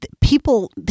people